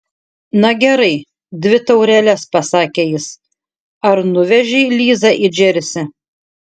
na gerai dvi taureles pasakė jis ar nuvežei lizą į džersį